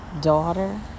daughter